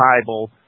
Bible